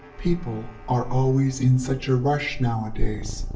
people are always in such a rush, nowadays.